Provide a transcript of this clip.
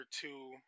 two